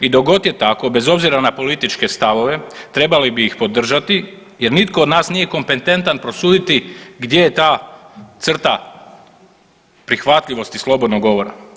I dok god je tako bez obzira na političke stavove trebali bi ih podržati jer nitko od nas nije kompetentan prosuditi gdje je ta crta prihvatljivosti slobodnog govora.